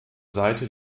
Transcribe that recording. seite